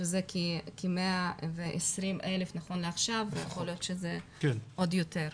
שזה כ-120,000 נכון לעכשיו ויכול להיות שהמספר גבוה יותר.